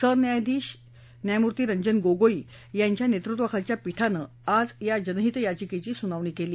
सरन्यायाधीश न्यायमूर्ती रंजन गोगोई यांच्या नेतृत्वाखालच्या पीठानं आज या जनहित याचिकेची सुनावणी केली